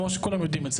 כמו שכולם יודעים.